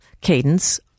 cadence